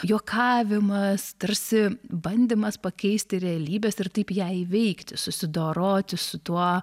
juokavimas tarsi bandymas pakeisti realybės ir taip ją įveikti susidoroti su tuo